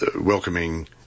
welcoming